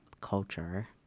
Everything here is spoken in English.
culture